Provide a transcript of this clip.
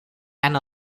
and